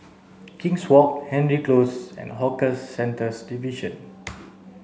king's Walk Hendry Close and Hawker Centres Division